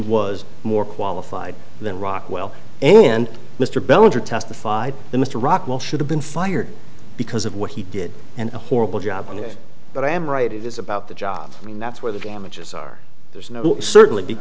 was more qualified than rockwell and mr belin testified the mr rockwell should have been fired because of what he did and a horrible job in it but i am right it is about the jobs i mean that's where the damages are there's no certainly be